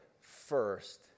first